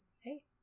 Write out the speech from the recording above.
hey